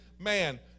man